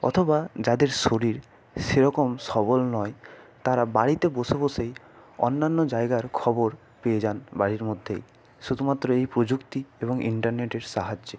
অথবা যাদের শরীর সেরকম সবল নয় তারা বাড়িতে বসে বসেই অন্যান্য জায়গার খবর পেয়ে যান বাড়ির মধ্যেই শুধুমাত্র এই প্রযুক্তি এবং ইন্টারনেটের সাহায্যে